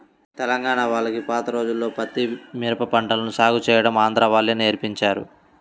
తెలంగాణా వాళ్లకి పాత రోజుల్లో పత్తి, మిరప పంటలను సాగు చేయడం ఆంధ్రా వాళ్ళే నేర్పించారు